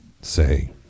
say